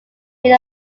made